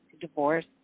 divorce